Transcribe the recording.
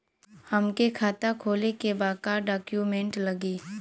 हमके खाता खोले के बा का डॉक्यूमेंट लगी?